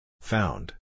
Found